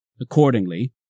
Accordingly